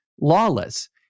lawless